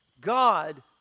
God